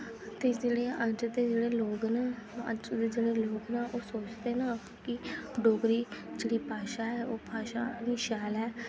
ते जेह्ड़े अज्ज दे जेह्ड़े लोग न अज्ज दे जेह्ड़े लोग न ओह् सोचदे न कि डोगरी जेह्ड़ी भाशा ओह् भाशा नेईं शैल ऐ